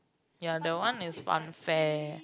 ya that one is funfair